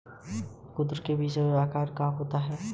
कद्दू का बीज चपटे आकार का होता है